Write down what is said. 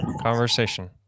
conversation